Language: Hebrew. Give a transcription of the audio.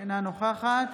אינה נוכחת